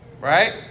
right